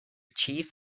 chief